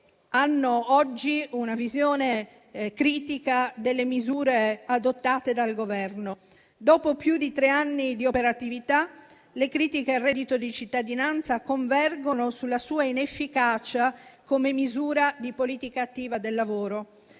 hanno oggi una visione critica delle misure adottate dal Governo. Dopo più di tre anni di operatività, le critiche al reddito di cittadinanza convergono sulla sua inefficacia come misura di politica attiva del lavoro.